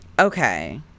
Okay